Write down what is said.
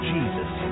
Jesus